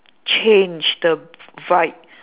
change the v~ vibe